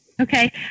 Okay